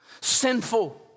sinful